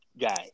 guy